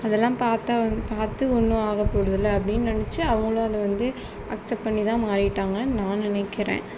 அதெலாம் பார்த்தா வந்து பார்த்து ஒன்றும் ஆக போறது இல்லை அப்படினு நினைச்சு அவங்களும் அது வந்து அக்செப் பண்ணி தான் மாறிட்டாங்கன்னு நான் நினைக்கிறேன்